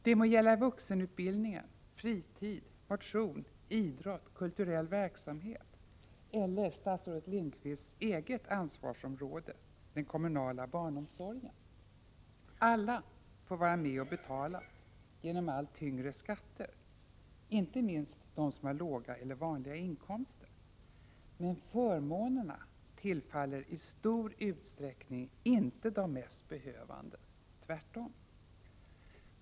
Det må gälla vuxenutbildningen, fritid, motion/idrott, kulturell verksamhet eller statsrådet Lindqvists eget ansvarsområde, den kommunala barnomsorgen. Alla får vara med och betala genom allt tyngre skatter, inte minst de som har låga eller vanliga inkomster, men förmånerna tillfaller i stor utsträckning inte de mest behövande. Tvärtom.